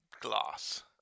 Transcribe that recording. glass